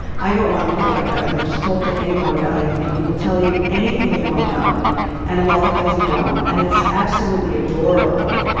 i got one kid like that who will just talk to anyone about anything. he will tell you anything you want to know and a lot of things you don't. and it's absolutely adorable.